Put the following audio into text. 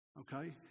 Okay